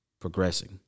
progressing